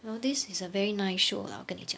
well this is a very nice show lah 我跟你讲